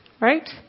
Right